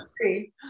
agree